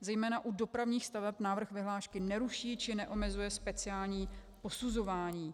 Zejména u dopravních staveb návrh vyhlášky neruší či neomezuje speciální posuzování.